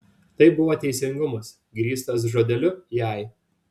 tai buvo teisingumas grįstas žodeliu jei